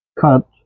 cut